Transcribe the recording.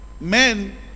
men